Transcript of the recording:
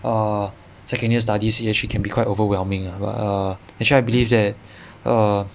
err second year studies which actually can be quite overwhelming lah but err actually I believe that err